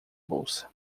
bolsa